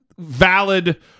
Valid